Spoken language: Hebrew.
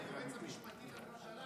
היועץ המשפטי לממשלה